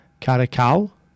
Caracal